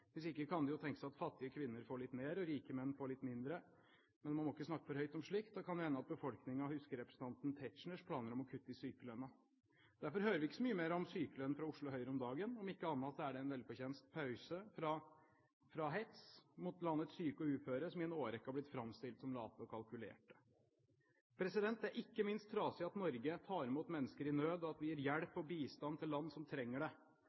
Hvis ikke kan det jo tenkes at fattige kvinner får litt mer og rike menn litt mindre. Men man må ikke snakke for høyt om slikt. Da kan det hende at befolkningen husker representanten Tetzschners planer om å kutte i sykelønnen. Derfor hører vi ikke så mye mer om sykelønn fra Oslo Høyre om dagen – om ikke annet er det en velfortjent pause fra hetsen mot landets syke og uføre, som i en årrekke har blitt framstilt som late og kalkulerende. Det er ikke minst trasig at Norge tar imot mennesker i nød, og at vi gir hjelp og bistand til land som trenger det.